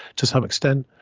to some extent.